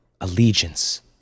Allegiance